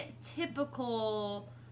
typical